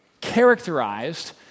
characterized